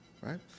right